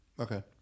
Okay